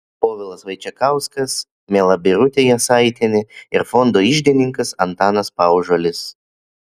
povilas vaičekauskas miela birutė jasaitienė ir fondo iždininkas antanas paužuolis